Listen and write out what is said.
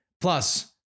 Plus